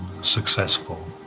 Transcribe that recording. successful